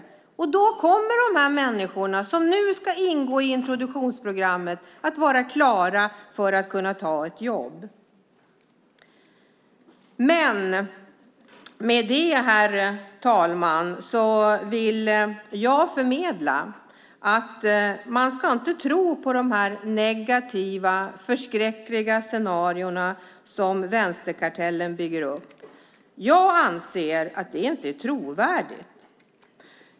Då kommer de människor som nu ska ingå i introduktionsprogrammet att vara klara att ta ett jobb. Med det, herr talman, vill jag förmedla att man inte ska tro på de negativa förskräckliga scenarier som vänsterkartellen målar upp. Jag anser inte att det är trovärdigt.